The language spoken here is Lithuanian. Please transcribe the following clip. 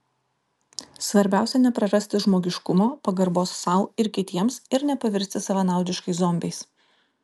svarbiausia neprarasti žmogiškumo pagarbos sau ir kitiems ir nepavirsti savanaudiškais zombiais